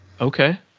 Okay